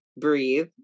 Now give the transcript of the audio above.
breathe